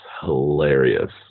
hilarious